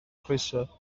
croeso